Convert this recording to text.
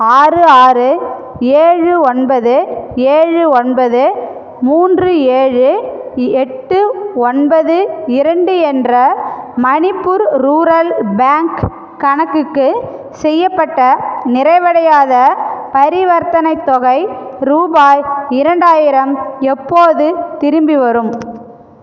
ஆறு ஆறு ஏழு ஒன்பது ஏழு ஒன்பது மூன்று ஏழு எட்டு ஒன்பது இரண்டு என்ற மணிப்பூர் ரூரல் பேங்க் கணக்குக்கு செய்யப்பட்ட நிறைவடையாத பரிவர்த்தனைத் தொகை ரூபாய் இரண்டாயிரம் எப்போது திரும்பி வரும்